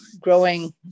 growing